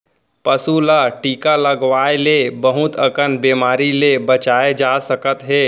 पसू ल टीका लगवाए ले बहुत अकन बेमारी ले बचाए जा सकत हे